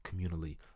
communally